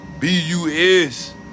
B-U-S